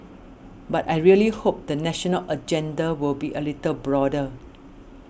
but I really hope the national agenda will be a little broader